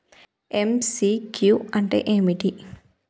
MCQ అంటే ఏమిటి?